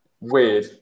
weird